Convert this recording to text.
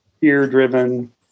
Peer-driven